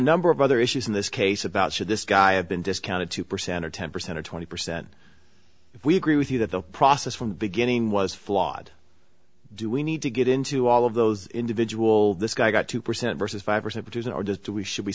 number of other issues in this case about should this guy have been discounted two percent or ten percent or twenty percent if we agree with you that the process from the beginning was flawed do we need to get into all of those individual this guy got two percent versus five years it does or does do we should we